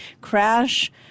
crash